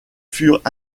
furent